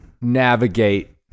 navigate